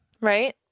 Right